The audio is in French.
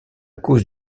cause